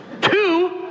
two